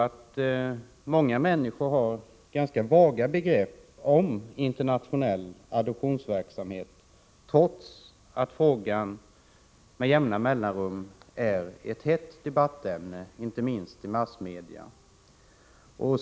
Många människor har tyvärr ganska vaga begrepp om internationell adoptionsverksamhet, trots att frågan med jämna mellanrum är ett hett debattämne, inte minst i massmedia.